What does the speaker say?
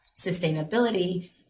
sustainability